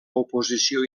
oposició